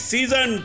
Season